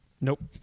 Nope